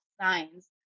signs